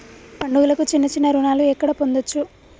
పండుగలకు చిన్న చిన్న రుణాలు ఎక్కడ పొందచ్చు?